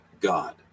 God